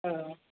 औ